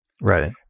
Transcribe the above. right